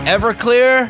Everclear